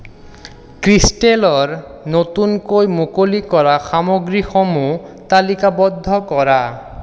ক্ৰিষ্টেলৰ নতুনকৈ মুকলি কৰা সামগ্ৰীসমূহ তালিকাবদ্ধ কৰা